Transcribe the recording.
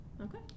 Okay